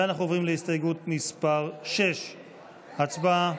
אנחנו עוברים להסתייגות מס' 6. הצבעה.